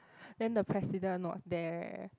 then the President was there